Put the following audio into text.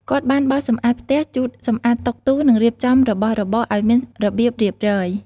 គាត់បានបោសសម្អាតផ្ទះ ជូតសម្អាតតុទូ និងរៀបចំរបស់របរឲ្យមានរបៀបរៀបរយ។